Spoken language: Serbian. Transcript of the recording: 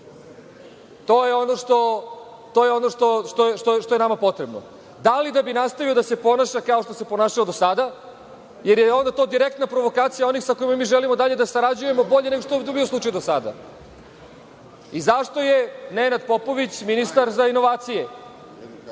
To je ono što je nama potrebno. Da li da bi nastavio da se ponaša kao što se ponašao do sada, jer je onda to direktna provokacija onih sa kojima mi želimo dalje da sarađujemo bolje nego što je to bio slučaj do sada? Zašto je Nenad Popović ministar za inovacije?